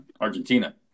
argentina